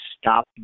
stop